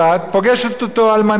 פגש את אותה אלמנה,